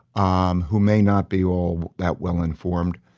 um who may not be all that well-informed,